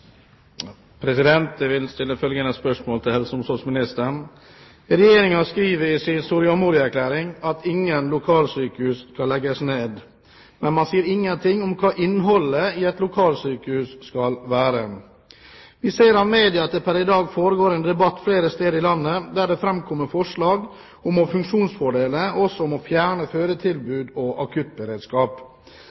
det. Jeg vil stille følgende spørsmål til helse- og omsorgsministeren: «Regjeringen skriver i sin Soria Moria-erklæring at ingen lokalsykehus skal legges ned, men man sier ingenting om hva innholdet i et lokalsykehus skal være. Vi ser av media at det pr. i dag foregår en debatt flere steder i landet der det fremkommer forslag om å funksjonsfordele og også om å fjerne fødetilbud og akuttberedskap.